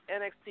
NXT